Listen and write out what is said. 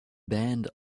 band